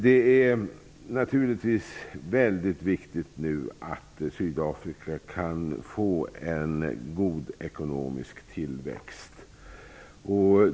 Det är naturligtvis väldigt viktigt att Sydafrika får en god ekonomisk tillväxt.